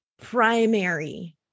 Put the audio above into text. primary